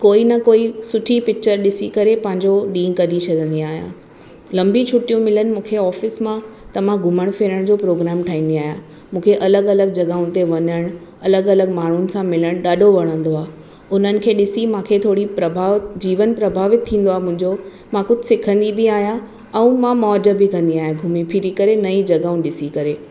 कोई न कोई सुठी पिक्चर ॾिसी करे पंहिंजो ॾींहुं कढी छॾींदी आहियां लंबी छुटियूं मिलनि मूंखे ऑफिस मां त मां घुमणु फिरणु जो प्रोग्राम ठाहींदी आहियां मूंखे अलॻि अलॻि जॻहियुनि ते वञणु अलॻि अलॻि माण्हुनि सां मिलणु ॾाढो वणंदो आहे उन्हनि खे ॾिसी मूंखे प्रभाव जीवन प्रभावित थींदो आहे मुंहिंजो मां कुझु सिखंदी बि आहियां ऐं मौज बि कंदी आहियां घुमी फिरी करे नई जॻहियूं ॾिसी करे